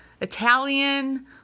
Italian